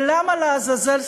ולמה לעזאזל,